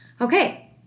Okay